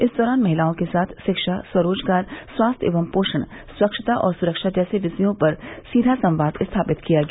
इस दौरान महिलाओं के साथ शिक्षा स्वरोजगार स्वास्थ्य एवं पोषण स्वच्छता और सुरक्षा जैसे विषयों पर सीधा संवाद स्थापित किया गया